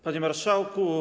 Panie Marszałku!